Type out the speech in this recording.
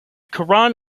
koran